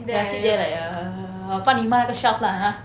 ya sit there like err 我帮你抹那个 shelf lah ah